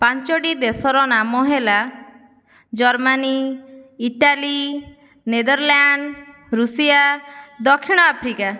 ପାଞ୍ଚୋଟି ଦେଶର ନାମ ହେଲା ଜର୍ମାନୀ ଇଟାଲୀ ନେଦରଲ୍ୟାଣ୍ଡ୍ସ ଋଷିଆ ଦକ୍ଷିଣ ଆଫ୍ରିକା